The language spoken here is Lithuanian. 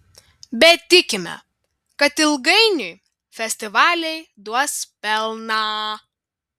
bet tikime kad ilgainiui festivaliai duos pelną